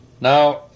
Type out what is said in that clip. Now